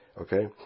Okay